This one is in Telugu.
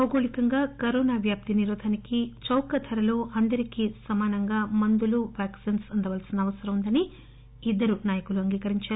భౌగోళికంగా కరోనా వ్యాప్తి నిరోధానికి చౌక ధరలో అందరికీ సమానంగా మందులు వ్యాక్పిన్ అందాల్పిన అవసరం ఉందని ఇద్దరు నాయికలు అంగీకరించారు